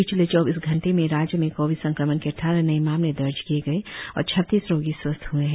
पिछले चौबीस घंटे में राज्य में कोविड संक्रमण के अद्वारह नए मामले दर्ज किए गए और छत्तीस रोगी स्वस्थ हए है